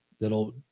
That'll